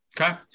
Okay